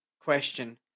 question